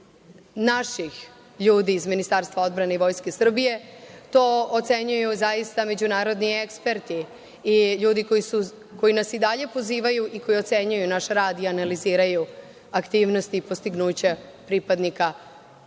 naših ljudi iz Ministarstva odbrane i Vojske Srbije, to ocenjuju zaista međunarodni eksperti i ljudi koji nas i dalje pozivaju i koji ocenjuju naš rad i analiziraju aktivnosti i postignuća pripadnika